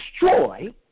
destroy